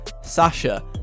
Sasha